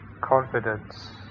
confidence